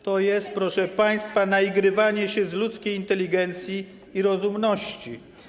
To jest, proszę państwa, naigrawanie się z ludzkiej inteligencji i rozumności.